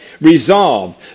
Resolve